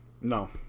no